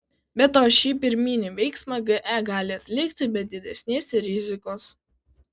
be to šį pirminį veiksmą ge gali atlikti be didesnės rizikos